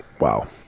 Wow